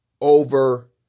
over